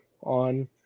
on